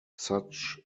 such